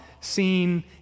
seen